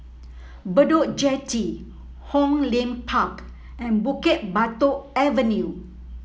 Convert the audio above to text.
Bedok Jetty Hong Lim Park and Bukit Batok Avenue